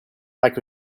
mike